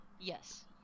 Yes